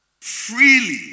freely